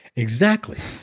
exactly.